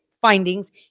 findings